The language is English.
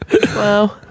Wow